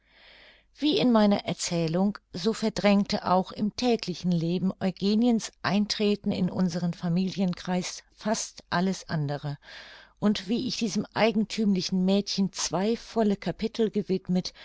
wie in meiner erzählung so verdrängte auch im täglichen leben eugeniens eintreten in unseren familienkreis fast alles andere und wie ich diesem eigenthümlichen mädchen zwei volle kapitel gewidmet